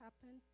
happen